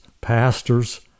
pastors